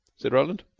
said roland.